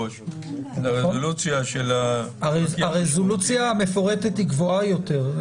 לעלות לרזולוציה -- הרזולוציה המפורטת היא גבוהה יותר.